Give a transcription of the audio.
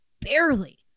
barely